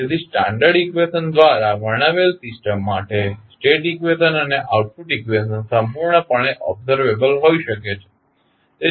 તેથી standard equation દ્વારા વર્ણવેલ સિસ્ટમ માટે સ્ટેટ ઇકવેશન અને આઉટપુટ ઇકવેશન સંપૂર્ણપણે ઓબ્ઝર્વેબલ હોઈ શકે છે